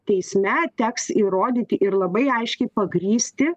teisme teks įrodyti ir labai aiškiai pagrįsti